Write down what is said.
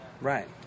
Right